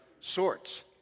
sorts